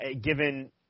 given